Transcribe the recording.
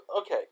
okay